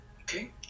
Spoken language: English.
Okay